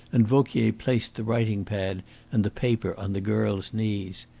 and vauquier placed the writing-pad and the paper on the girl's knees.